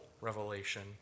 revelation